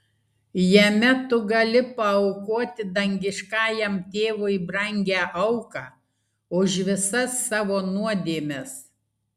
jame tu gali paaukoti dangiškajam tėvui brangią auką už visas savo nuodėmes